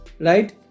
right